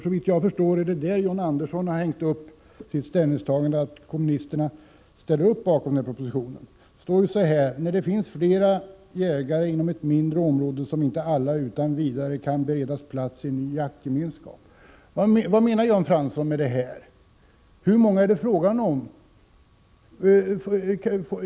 Såvitt jag förstår är det på denna punkt som John Andersson har hängt upp sitt ställningstagande och som kommunisterna funnit en möjlighet att ställa sig bakom propositionen. Utskottsmajoriteten använder här följande formulering: ”när det finns flera jägare inom ett mindre område som inte alla utan vidare kan beredas plats i en ny jaktgemenskap”. Vad lägger Jan Fransson in i detta? Hur många är det fråga om?